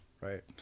right